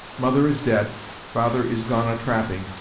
mother is dead father is gone a-trapping,